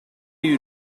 you